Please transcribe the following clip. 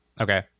okay